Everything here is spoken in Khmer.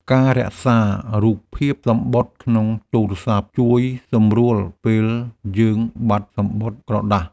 ការរក្សារូបភាពសំបុត្រក្នុងទូរស័ព្ទ ជួយសម្រួលពេលយើងបាត់សំបុត្រក្រដាស។